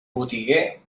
botiguer